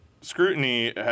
scrutiny